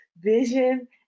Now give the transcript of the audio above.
vision